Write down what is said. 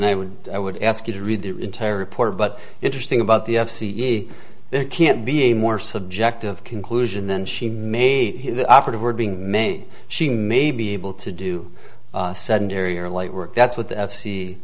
and i would i would ask you to read the entire report but interesting about the f c e there can't be a more subjective conclusion then she may be the operative word being may she may be able to do sedentary or light work that's what the f c